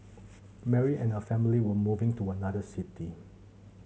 Mary and her family were moving to another city